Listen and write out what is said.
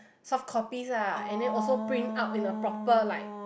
soft copy lah and then also print out in a proper like